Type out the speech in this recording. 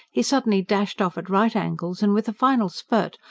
he suddenly dashed off at right angles, and, with a final sprint,